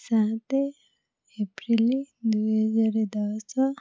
ସାତ ଏପ୍ରିଲ୍ ଦୁଇ ହଜାର ଦଶ